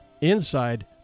Inside